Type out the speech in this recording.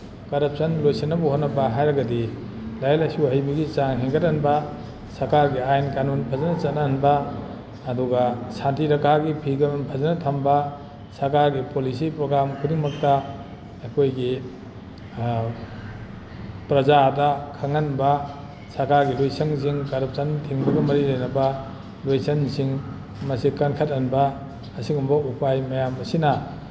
corruption ꯂꯣꯏꯁꯤꯟꯅꯕ ꯍꯣꯠꯅꯕ ꯍꯥꯏꯔꯒꯗꯤ ꯂꯥꯏꯔꯤꯛ ꯂꯥꯏꯁꯨ ꯍꯩꯕꯒꯤ ꯆꯥꯡ ꯍꯦꯟꯒꯠꯍꯟꯕ ꯁꯔꯀꯥꯔꯒꯤ ꯑꯥꯏꯟ ꯀꯥꯅꯣꯟ ꯐꯖꯅ ꯆꯠꯅꯍꯟꯕ ꯑꯗꯨꯒ ꯁꯥꯟꯇꯤ ꯔꯛꯀꯥꯒꯤ ꯐꯤꯕꯝ ꯐꯖꯅ ꯊꯝꯕ ꯁꯔꯀꯥꯔꯒꯤ ꯄꯣꯂꯤꯁꯤ ꯄ꯭ꯔꯣꯒꯥꯝ ꯈꯨꯗꯤꯡꯃꯛꯇ ꯑꯩꯈꯣꯏꯒꯤ ꯄ꯭ꯔꯖꯥꯗ ꯈꯪꯍꯟꯕ ꯁꯔꯀꯥꯔꯒꯤ ꯂꯣꯏꯁꯪꯁꯤꯡ ꯀꯔꯞꯁꯟ ꯊꯤꯡꯕꯒ ꯃꯔꯤ ꯂꯩꯅꯕ ꯂꯣꯏꯁꯪꯁꯤꯡ ꯃꯁꯤ ꯀꯟꯈꯠꯍꯟꯕ ꯑꯁꯤꯒꯨꯝꯕ ꯎꯄꯥꯏ ꯃꯌꯥꯝ ꯑꯁꯤꯅ